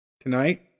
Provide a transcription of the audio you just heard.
Tonight